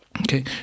Okay